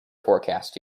forecast